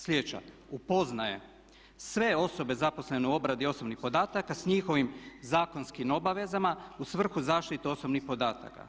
Sljedeća, upoznaje sve osobe zaposlene u obradi osobnih podataka s njihovim zakonskim obavezama u svrhu zaštite osobnih podataka.